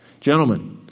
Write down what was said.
Gentlemen